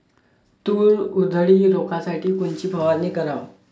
तूर उधळी रोखासाठी कोनची फवारनी कराव?